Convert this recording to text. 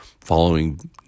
following